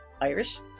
Irish